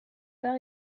par